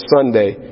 Sunday